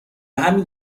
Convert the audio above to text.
همین